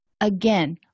again